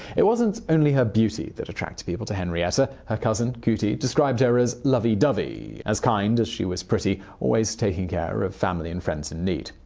it wasn't only her beauty that attracted people to henrietta. her cousin cootie described her as lovey dovey as kind as she was pretty always taking care of family and friends in need.